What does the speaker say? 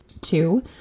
Two